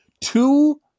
two